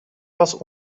was